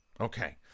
Okay